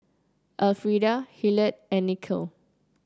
Elfrieda Hillard and Nikhil